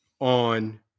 on